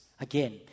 Again